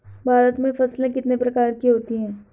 भारत में फसलें कितने प्रकार की होती हैं?